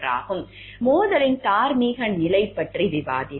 மோதலின் தார்மீக நிலை பற்றி விவாதிப்போம்